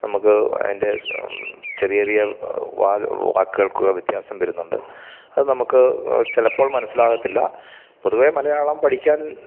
നമുക്ക് അതിൻ്റെ ചെറിയ ചെറിയ വാക്ക് വാക്കുകൾക്കുള്ള വ്യത്യാസം വരുന്നുണ്ട് അത് നമുക്ക് ചിലപ്പോൾ മനസ്സിലാകത്തില്ല പൊതുവേ മലയാളം പഠിക്കാൻ